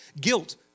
Guilt